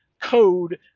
code